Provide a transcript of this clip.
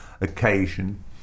occasion